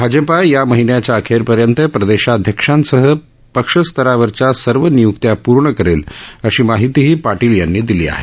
भाजपा या महिन्याच्या अखेरपर्यंत प्रदेशाध्यक्षासह पक्षस्तरावरच्या सर्व नियुक्त्या पूर्ण करेल अशी माहितीही पाटील यांनी दिली आहे